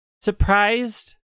surprised